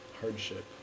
hardship